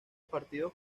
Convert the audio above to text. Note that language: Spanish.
partidos